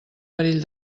perill